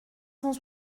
cent